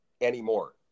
anymore